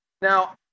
Now